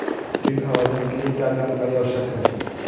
ऋण आवेदन के लिए क्या जानकारी आवश्यक है?